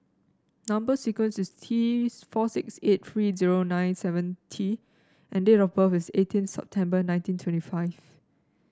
number sequence is T four six eight three zero nine seven T and date of birth is eighteen September nineteen twenty five